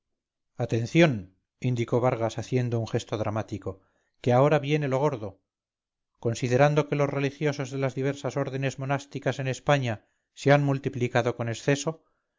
atención indicó vargas haciendo un gesto dramático que ahora viene lo gordo considerando que los religiosos de las diversas órdenes monásticas en españa se han multiplicado con exceso